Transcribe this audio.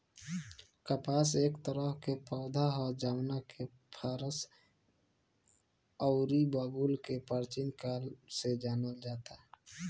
कपास एक तरह के पौधा ह जवना के फारस अउरी बाबुल में प्राचीन काल से जानल जाता